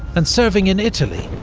and serving in italy,